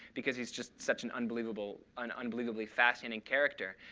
because he's just such an unbelievably an unbelievably fascinating character.